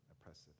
oppressive